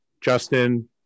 Justin